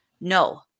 No